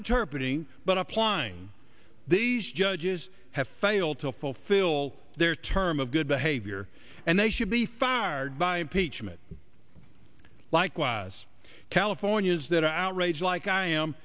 interpret ing but applying these judges have failed to fulfill their term of good behavior and they should be fired by pietschmann likewise california's that are outraged like i am